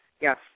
yes